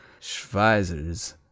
Schweizers